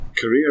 career